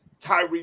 Tyree